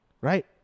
Right